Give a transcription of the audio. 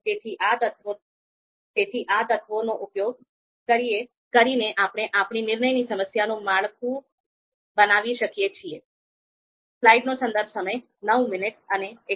તેથી આ તત્વોનો ઉપયોગ કરીને આપણે આપણી નિર્ણયની સમસ્યાનું માળખું બનાવી શકીએ છીએ